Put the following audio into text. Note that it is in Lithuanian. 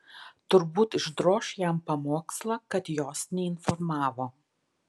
turbūt išdroš jam pamokslą kad jos neinformavo